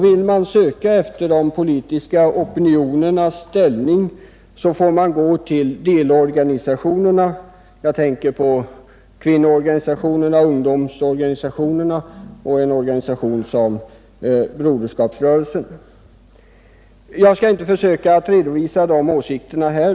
Vill man söka efter de politiska opinionernas ställning, får man vända sig till delorganisationerna, dvs. kvinnoorganisationerna, ungdomsorganisationerna och en organisation som Broderskapsrörelsen. Jag skall inte försöka redovisa dessa åsikter här.